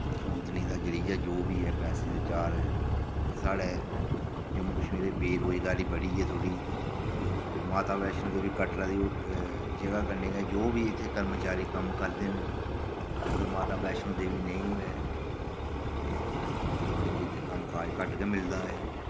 औंदनी दा जरिया जो बी ऐ पैसे चार साढ़ै जम्मू कश्मीरै च बेरोजगारी बड़ी ऐ थोह्ड़ी के माता वैश्णो देवी कटरा दी ओह् जगह कन्नै गै जो बी इत्थे कर्मचारी कम्म करदे न अगर माता बैशनो देवी नेईं होऐ ते लोकें गी इत्थें कम्मकाज घट्ट गै मिलदा ऐ